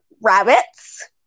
rabbits